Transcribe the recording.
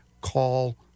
call